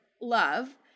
love